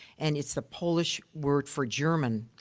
and it's the polish word for german.